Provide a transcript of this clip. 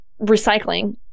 recycling